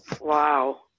Wow